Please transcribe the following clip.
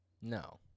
No